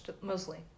mostly